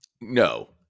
No